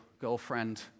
girlfriend